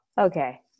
okay